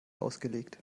ausgelegt